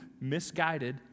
misguided